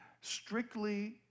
strictly